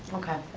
okay.